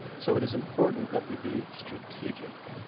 so it is important that we be strategic.